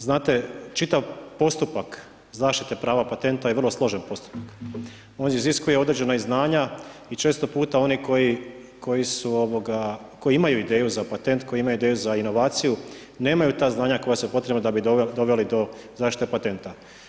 Znate, čitav postupak zaštite prava patenta je vrlo složen postupak. on iziskuje i određena znanja i često puta oni koji imaju ideju za patent, koji imaju ideju za inovaciju, nemaju ta znanja koja su potrebna da bi doveli do zaštite patenta.